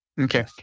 Okay